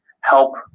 help